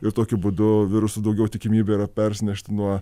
ir tokiu būdu virusų daugiau tikimybė yra persinešti nuo